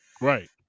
Right